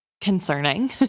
concerning